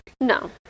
No